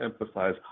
emphasize